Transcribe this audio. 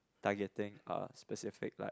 targeting uh specific like